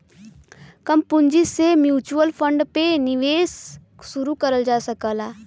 कम पूंजी से भी म्यूच्यूअल फण्ड में निवेश शुरू करल जा सकला